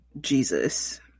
Jesus